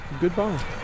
Goodbye